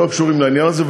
שלא קשורים לעניין הזה,